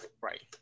Right